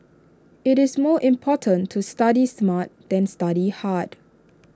IT is more important to study smart than study hard